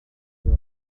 your